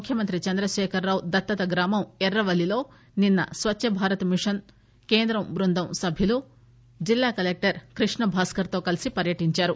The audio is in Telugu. ముఖ్యమంత్రి చంద్రశేఖరరావు దత్తత గ్రామం ఎర్రవల్లిలో నిన్స స్వచ్చభారత్ మిషన్ కేంద్రం బృందం సభ్యులు జిల్లాకలెక్టర్ కృష్ణభాస్కర్తో కలిసి పర్యటించారు